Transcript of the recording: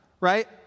right